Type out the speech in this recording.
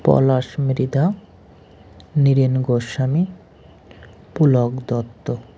Palash Miridha Nirin Goswami Pulak Dutta